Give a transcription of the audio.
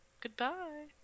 Goodbye